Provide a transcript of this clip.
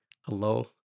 Hello